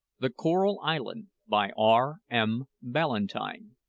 the coral island, by r m. ballantyne.